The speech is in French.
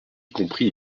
compris